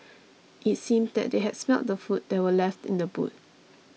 it seemed that they had smelt the food that were left in the boot